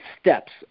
steps